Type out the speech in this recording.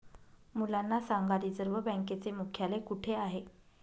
मुलांना सांगा रिझर्व्ह बँकेचे मुख्यालय कुठे आहे